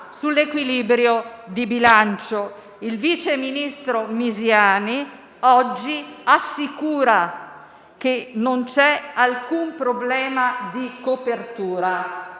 sull'equilibrio di bilancio. Il vice ministro Misiani oggi assicura che non c'è alcun problema di copertura.